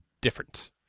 different